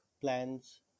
plans